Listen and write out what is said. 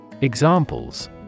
Examples